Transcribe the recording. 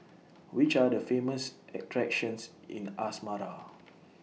Which Are The Famous attractions in Asmara